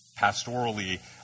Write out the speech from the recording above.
pastorally